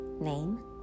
name